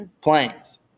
Planes